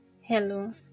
Hello